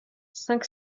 cinq